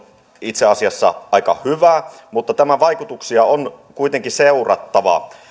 itse asiassa aika hyvä mutta tämän vaikutuksia on kuitenkin seurattava